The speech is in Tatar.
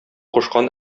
кушкан